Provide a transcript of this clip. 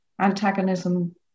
antagonism